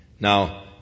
Now